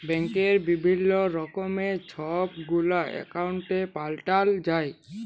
ব্যাংকে বিভিল্ল্য রকমের ছব গুলা একাউল্ট পাল্টাল যায়